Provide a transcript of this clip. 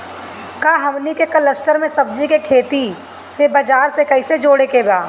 का हमनी के कलस्टर में सब्जी के खेती से बाजार से कैसे जोड़ें के बा?